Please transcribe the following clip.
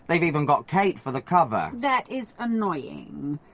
they've even got kate for the cover. that is annoying.